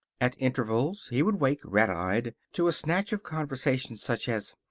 at intervals he would wake, red-eyed, to a snatch of conversation such as,